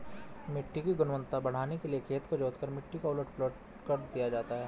मिट्टी की गुणवत्ता बढ़ाने के लिए खेत को जोतकर मिट्टी को उलट पलट दिया जाता है